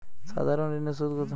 সাধারণ ঋণের সুদ কত?